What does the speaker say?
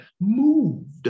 moved